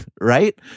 right